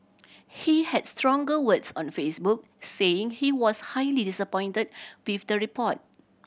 he had stronger words on Facebook saying he was highly disappointed with the report